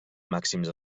màxims